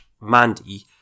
Mandy